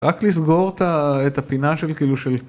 רק לסגור את הפינה של כאילו של...